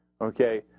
Okay